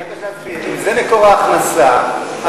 אם זה מקור ההכנסה,